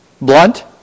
Blunt